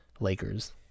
Lakers